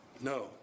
no